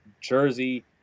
Jersey